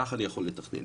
כך אני יכול לתכנן.